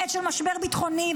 בעת של משבר ביטחוני,